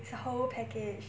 it's a whole package